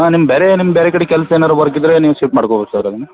ಹಾಂ ನಿಮ್ಮ ಬೇರೆ ನಿಮ್ಮ ಬೇರೆ ಕಡೆ ಕೆಲ್ಸ ಏನಾರು ಹೊರಗಿದ್ರೆ ನೀವು ಶಿಫ್ಟ್ ಮಾಡ್ಕೊಬೋದು ಸರ್ ಅದನ್ನ